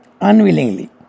unwillingly